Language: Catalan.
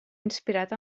inspirat